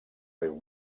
riu